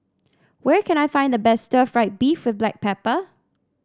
where can I find the best Stir Fried Beef with Black Pepper